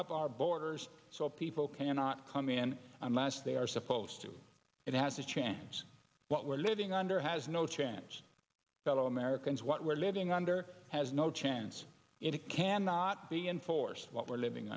up our borders so people cannot come in unless they are supposed to it has a chance what we're living under has no chance at all americans what we're living under has no chance in it cannot be enforced what we're living